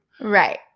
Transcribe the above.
Right